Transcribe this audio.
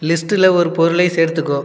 லிஸ்ட்டில் ஒரு பொருளை சேர்த்துக்கோ